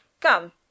Come